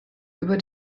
über